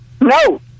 No